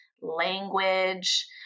language